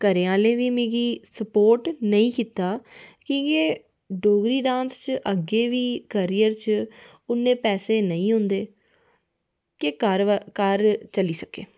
घरैं आह्लैं बी मिगी स्पोर्ट नेईं कीता की जे डोगरी डांस च अग्गें बी करियर च उन्ने पैसे नेईं होंदे कि घर चली सकै